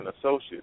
associates